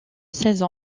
seize